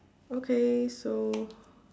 okay so